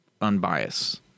unbiased